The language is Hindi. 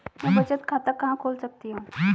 मैं बचत खाता कहां खोल सकती हूँ?